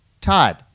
Todd